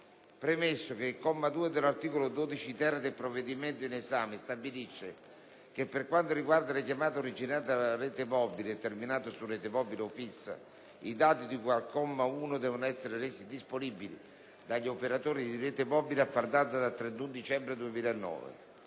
premesso che il comma 2 dell'articolo 12*-ter* del provvedimento in esame stabilisce che, per quanto riguarda le chiamate originate da rete mobile e terminate su rete mobile o fissa, i dati di cui al comma 1 devono essere resi disponibili dagli operatori di rete mobile a far data dal 31 dicembre 2009.